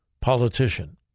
politician